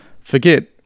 forget